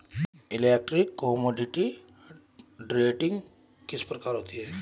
Electronic commodity trading किस प्रकार होती है?